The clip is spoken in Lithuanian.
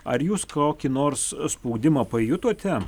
ar jūs kokį nors spaudimą pajutote